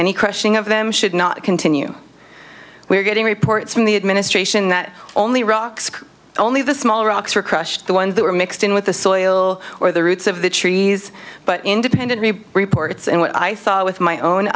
he crushing of them should not continue we are getting reports from the administration that only rocks only the small rocks were crushed the ones that were mixed in with the soil or the roots of the trees but independent reports and what i thought with my own